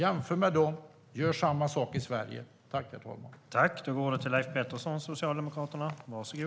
Jämför med dem och gör samma sak i Sverige!